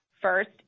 First